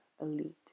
elite